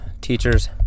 teachers